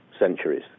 centuries